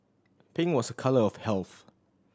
pink was a colour of health